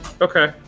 Okay